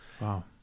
Wow